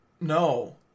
No